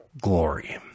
glory